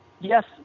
yes